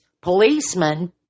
policemen